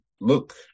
look